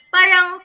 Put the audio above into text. parang